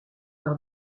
par